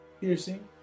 Piercing